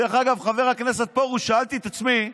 חבר הכנסת פרוש, שאלתי את עצמי: